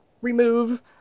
remove